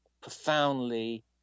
profoundly